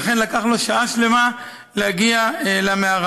ולכן לקח לו שעה שלמה להגיע למערה.